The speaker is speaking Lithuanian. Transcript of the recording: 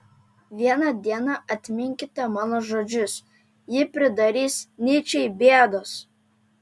vieną dieną atminkite mano žodžius ji pridarys nyčei bėdos